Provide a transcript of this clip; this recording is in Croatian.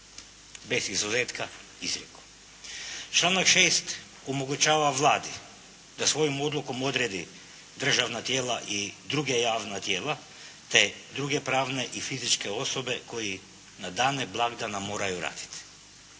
Bez izuzetka izrijekom. Članak 6. omogućava Vladi da svojom odlukom odredi državna tijela i druga javna tijela te druge pravne i fizičke osobe koji na dane blagdana moraju raditi.